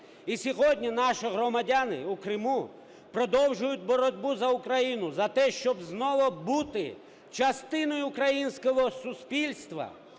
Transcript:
І сьогодні наші громадяни в Криму продовжують боротьбу за Україну, за те, щоб знову бути частиною українського суспільства,